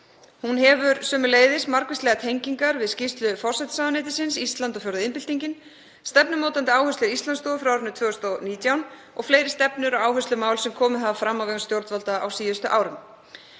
Hún hefur sömuleiðis margvíslegar tengingar við skýrslu forsætisráðuneytisins, Ísland og fjórða iðnbyltingin, stefnumótandi áherslur Íslandsstofu frá árinu 2019 og fleiri stefnur og áherslumál sem komið hafa fram á vegum stjórnvalda á síðustu árum.